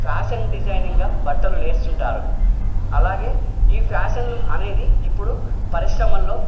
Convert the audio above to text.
fashion డిజైనింగ్గా బట్టలు నేస్తుంటారు అలాగే ఈ ఫ్యాషన్లు అనేవి ఇప్పుడు పరిశ్రమల్లో